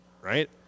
right